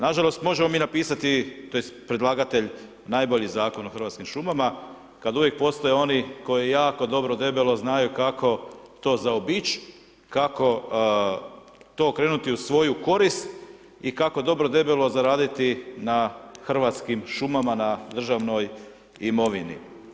Nažalost možemo mi napisati tj. predlagatelj najbolji Zakon o hrvatskim šumama kad uvijek postoje oni koji jako dobro debelo znaju kako to zaobići, kako to okrenuti u svoju korist i kako dobro debelo zaraditi na hrvatskim šumama, na državnoj imovini.